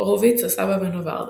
הורוביץ - הסבא מנובהרדוק.